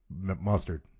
mustard